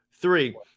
three